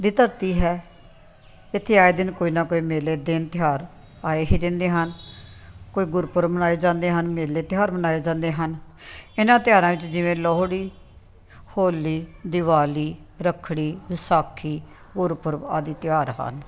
ਦੀ ਧਰਤੀ ਹੈ ਇੱਥੇ ਆਏ ਦਿਨ ਕੋਈ ਨਾ ਕੋਈ ਮੇਲੇ ਦਿਨ ਤਿਉਹਾਰ ਆਏ ਹੀ ਰਹਿੰਦੇ ਹਨ ਕੋਈ ਗੁਰਪੁਰਬ ਮਨਾਏ ਜਾਂਦੇ ਹਨ ਮੇਲੇ ਤਿਉਹਾਰ ਮਨਾਏ ਜਾਂਦੇ ਹਨ ਇਹਨਾਂ ਤਿਉਹਾਰਾਂ ਵਿੱਚ ਜਿਵੇਂ ਲੋਹੜੀ ਹੋਲੀ ਦਿਵਾਲੀ ਰੱਖੜੀ ਵਿਸਾਖੀ ਗੁਰਪੁਰਬ ਆਦਿ ਤਿਉਹਾਰ ਹਨ